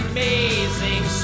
Amazing